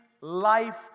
Life